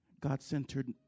God-centered